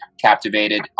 captivated